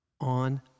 on